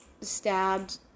stabbed